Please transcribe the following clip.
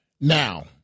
Now